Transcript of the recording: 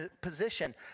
position